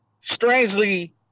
strangely